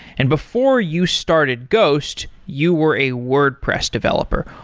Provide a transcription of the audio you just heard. and before you started ghost, you were a wordpress developer.